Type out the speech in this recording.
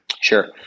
Sure